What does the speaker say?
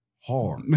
hard